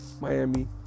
Miami